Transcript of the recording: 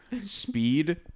Speed